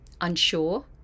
unsure